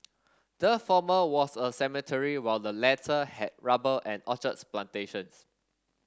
the former was a cemetery while the latter had rubber and orchards plantations